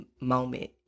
moment